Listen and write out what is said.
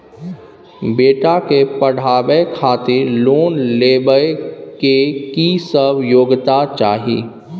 बेटा के पढाबै खातिर लोन लेबै के की सब योग्यता चाही?